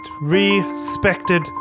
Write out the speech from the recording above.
respected